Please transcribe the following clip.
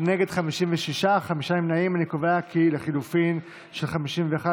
ההסתייגות (51) לחלופין של חברי הכנסת שלמה קרעי,